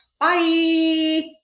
Bye